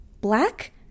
Black